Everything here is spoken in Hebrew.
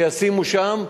שישימו שם,